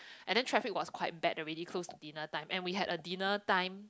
and then traffic was quite bad already close to dinner time and we had a dinner time